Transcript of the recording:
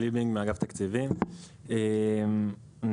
אני עלי בינג, מאגף תקציבים, משרד האוצר.